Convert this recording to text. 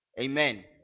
Amen